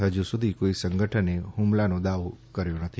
ફજી સુધી કોઈ સંગઠને ફુમલાનો દાવો કર્યો નથી